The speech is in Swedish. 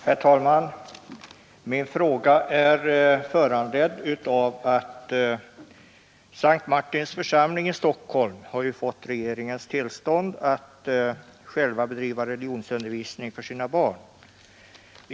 Herr talman! Min fråga är föranledd av att S:t Martins församling i Stockholm har fått regeringens tillstånd att bedriva religionsundervisning för sina barn.